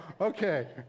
Okay